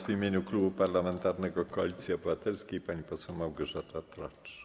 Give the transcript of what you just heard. W imieniu Klubu Parlamentarnego Koalicja Obywatelska pani poseł Małgorzata Tracz.